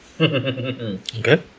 okay